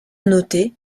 noté